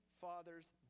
father's